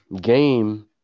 game